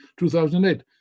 2008